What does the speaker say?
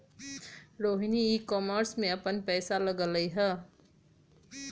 Rohini e commerce में अप्पन पैसा लगअलई ह